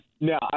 no